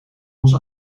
ons